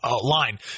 line